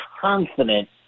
confident